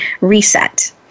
reset